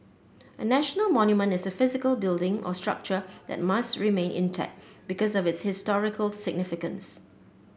a national monument is a physical building or structure that must remain intact because of its historical significance